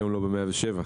אני לא בן 107,